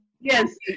yes